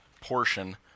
portion